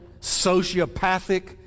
sociopathic